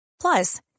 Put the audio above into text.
Plus